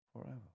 Forever